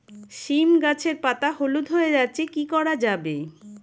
সীম গাছের পাতা হলুদ হয়ে যাচ্ছে কি করা যাবে?